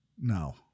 No